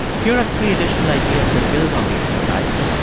here are three additional ideas that build on these insights.